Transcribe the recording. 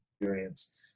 experience